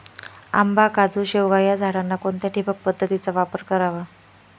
आंबा, काजू, शेवगा या झाडांना कोणत्या ठिबक पद्धतीचा वापर करावा?